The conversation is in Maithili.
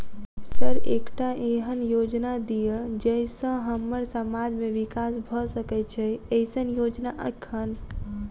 सर एकटा एहन योजना दिय जै सऽ हम्मर समाज मे विकास भऽ सकै छैय एईसन योजना एखन?